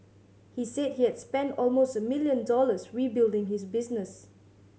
he said he had spent almost a million dollars rebuilding his business